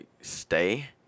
stay